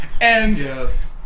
Yes